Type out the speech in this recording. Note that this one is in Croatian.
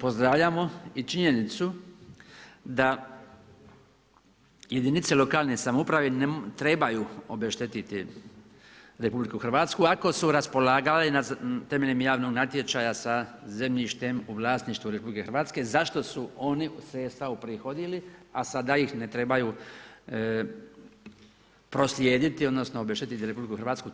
Pozdravljamo i činjenicu da jedinice lokalne samouprave ne trebaju obeštetiti RH ako su raspolagale temeljem javnog natječaja sa zemljištem u vlasništvu RH za što su oni sredstva uprihodili a sad ih ne trebaju proslijediti odnosno obeštetiti RH,